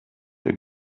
der